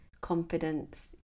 confidence